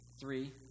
Three